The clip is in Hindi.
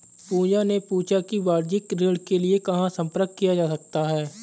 पूजा ने पूछा कि वाणिज्यिक ऋण के लिए कहाँ संपर्क किया जा सकता है?